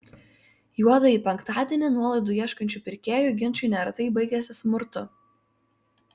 juodąjį penktadienį nuolaidų ieškančių pirkėjų ginčai neretai baigiasi smurtu